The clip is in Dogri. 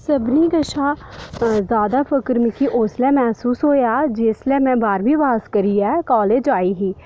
सब्भने कशा ज़्यादा फक्खर मिगी उसलै मैह्सूस होआ जिसलै में बाह्रमीं पास करीयै काॅलेज आई ही